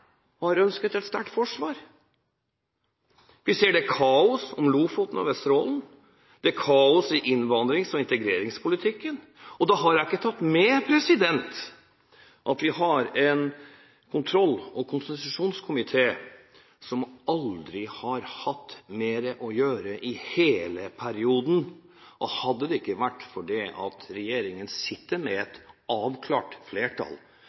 har ønsket et sterkt forsvar. Vi ser det er kaos om Lofoten og Vesterålen. Det er kaos i innvandrings- og integreringspolitikken, og da har jeg ikke tatt med at vi har en kontroll- og konstitusjonskomité som aldri har hatt mer å gjøre enn nå i hele perioden. Hadde det ikke vært for at regjeringen sitter med et avklart flertall,